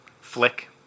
flick